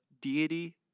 deity